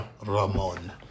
Ramon